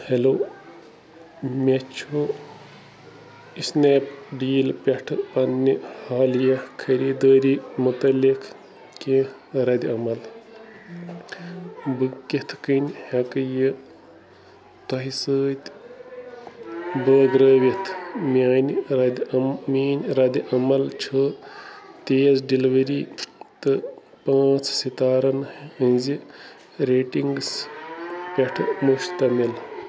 hello مےٚ چھُ Snapdeal پٮ۪ٹھٕ پنٛنہِ حالیہ خٔری دٲری متعلق کہِ درِ عمل بہٕ کِتھ کٔنۍ ہٮ۪کہٕ یہِ تۄہہِ سۭتۍ بٲگرٲوِتھ میانہِ ردِ عمل میٛٲنۍ ردِ عمل چھُ تیز ڈیٚلؤری تہٕ پانٛژھ سِتارن ہِنٛزِ ریٚٹِنٛگ سٕہ پٮ۪ٹھٕ مشتمِل